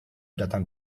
datang